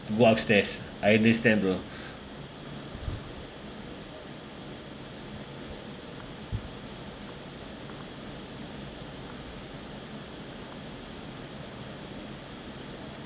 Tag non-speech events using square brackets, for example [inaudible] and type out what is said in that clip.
go up stairs I understand bro [breath]